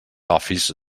office